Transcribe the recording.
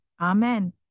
Amen